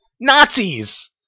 Nazis